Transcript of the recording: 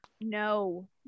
No